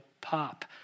pop